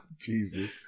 Jesus